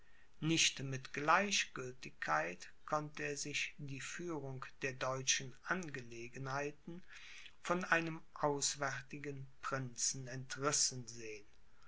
nicht mit gleichgültigkeit konnte er sich die führung der deutschen angelegenheiten von einem auswärtigen prinzen entrissen sehen